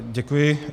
Děkuji.